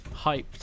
hyped